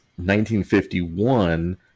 1951